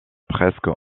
presque